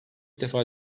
defa